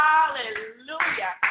Hallelujah